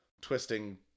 twisting